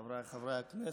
חבריי חברי הכנסת,